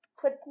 put